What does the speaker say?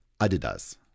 Adidas